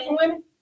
women